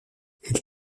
elle